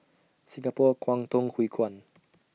Singapore Kwangtung Hui Kuan